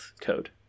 code